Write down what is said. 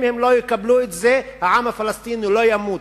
אם הם לא יקבלו את זה, העם הפלסטיני לא ימות.